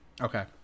Okay